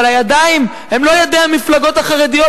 אבל הידיים הן לא ידי המפלגות החרדיות,